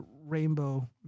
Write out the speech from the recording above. rainbow